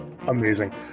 Amazing